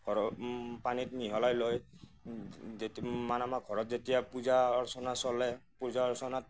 ঘৰৰ পনীত মিহলাই লৈ মানে আমাৰ ঘৰত যেতিয়া পূজা অৰ্চনা চলে পূজা অৰ্চনাত